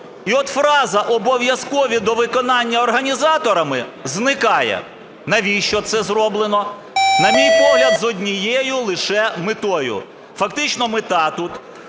І от фраза "обов'язкові до виконання організаторами" зникає. Навіщо це зроблено? На мій погляд, з однією лише метою. Фактично мета тут: